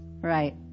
Right